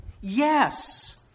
Yes